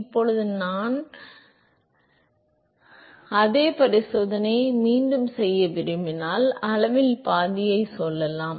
இப்போது நான் என்றால் அதே பரிசோதனையை மீண்டும் செய்ய விரும்பினால் அளவின் பாதியை சொல்லலாம்